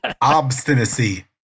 obstinacy